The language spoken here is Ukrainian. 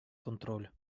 контроль